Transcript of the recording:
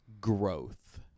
growth